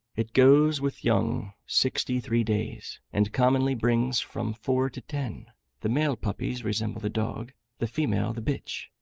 it goes with young sixty-three days, and commonly brings from four to ten the male puppies resemble the dog, the female the bitch